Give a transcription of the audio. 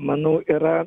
manau yra